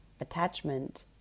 attachment